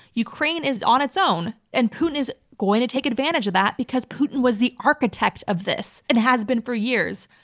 ukraine is on its own, and putin is going to take advantage of that, because putin was the architect of this and has been for years.